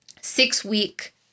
six-week